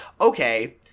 okay